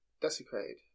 desecrated